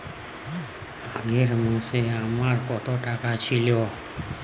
আগের মাসে আমার কত টাকা ছিল?